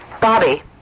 Bobby